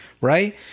Right